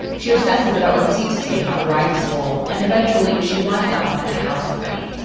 she obsesses about what seat to take on the ride to school, and eventually she winds up at a house party.